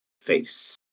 face